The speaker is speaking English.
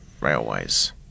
railways